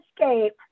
escape